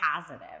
positive